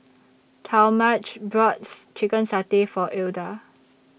Talmadge bought Chicken Satay For Ilda